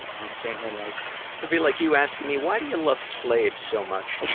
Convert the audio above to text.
i'm standing here like. it'll be like you asking me why do you love slaves so much. yeah